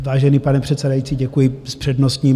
Vážený pane předsedající, děkuji, s přednostním.